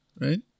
right